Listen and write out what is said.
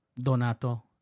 Donato